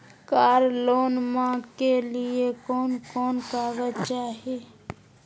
कार लोनमा के लिय कौन कौन कागज चाही?